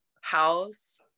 house